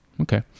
Okay